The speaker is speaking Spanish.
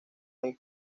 hay